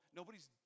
nobody's